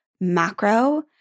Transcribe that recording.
macro